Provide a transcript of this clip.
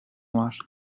var